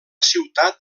ciutat